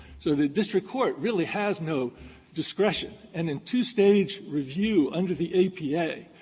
so the district court really has no discretion. and in two-stage review under the apa,